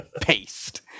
Paste